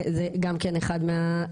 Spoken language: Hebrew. זה גם כן אחד מהעניין.